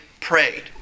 prayed